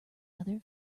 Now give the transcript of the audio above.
other